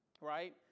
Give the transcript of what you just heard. Right